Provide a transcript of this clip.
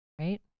Right